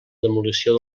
demolició